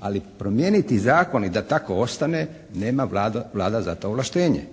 ali promijeniti zakon i da tako ostane nama Vlada za to ovlaštenje.